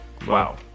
Wow